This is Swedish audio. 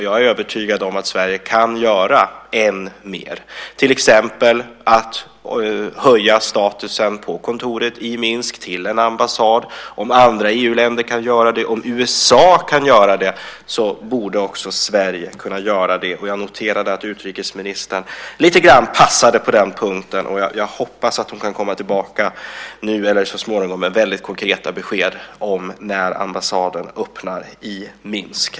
Jag är övertygad om att Sverige kan göra än mer, till exempel höja statusen på kontoret i Minsk genom att göra den till ambassad. Om andra EU-länder kan göra det, om USA kan göra det, borde också Sverige kunna göra det. Jag noterar att utrikesministern lite grann passade på den punkten, och jag hoppas att hon kan komma tillbaka, antingen i nästa replik eller senare, med konkreta besked om när ambassaden öppnar i Minsk.